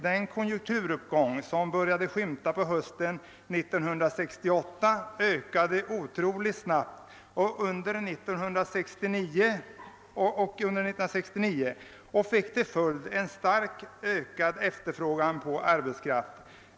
Den konjunkturuppgång som började skymta hösten 1968 ökade otroligt snabbt under 1969 och fick till följd en starkt ökad efterfrågan på arbetskraft.